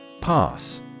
Pass